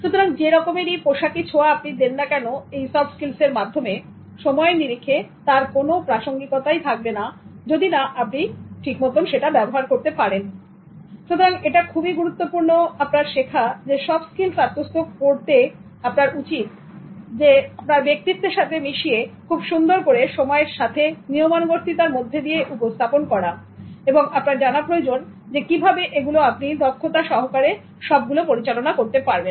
সুতরাং যে রকমেরই পোশাকি ছোঁয়া আপনি দেন না কেন সফট স্কিলসের সময়ের নিরিখে তার কোন প্রাসঙ্গিকতা থাকবে না সুতরাং এটা খুবই গুরুত্বপূর্ণ যে আপনার শেখা সব স্কিলস আত্মস্থ করতে আপনার উচিত সেটা আপনার ব্যক্তিত্বের সাথে মিশিয়ে খুব সুন্দর করে সময়ের সাথে নিয়মানুবর্তিতার মধ্যে দিয়ে উপস্থাপন করা এবং আপনার জানা প্রয়োজন কিভাবে এগুলো আপনি দক্ষতা সহকারে সবগুলো পরিচালনা করতে পারবেন